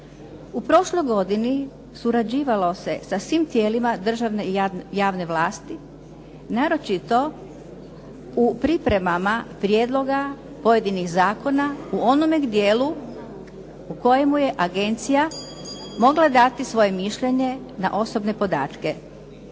U prošloj godini surađivalo se sa svim tijelima državne i javne vlasti, naročito u pripremama prijedloga pojedinih zakona u onome dijelu u kojemu je agencija mogla dati svoje mišljenje na osobne podatke.